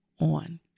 on